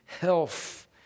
health